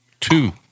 Two